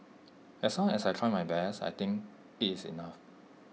as long as I tried my best I think IT is enough